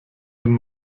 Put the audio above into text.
wenn